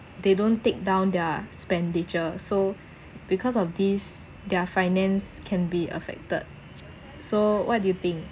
they don't take down their expenditure so because of this their finance can be affected so what do you think